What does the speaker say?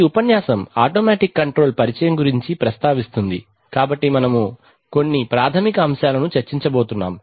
ఈ ఉపన్యాసం automatic control పరిచయం గురించి ప్రస్తావిస్తుంది కాబట్టి మనము కొన్ని ప్రాథమిక అంశాలను చర్చించబోతున్నాము